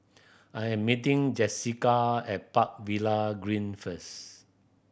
I am meeting Jessika at Park Villa Green first